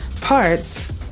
parts